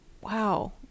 wow